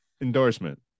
endorsement